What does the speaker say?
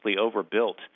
overbuilt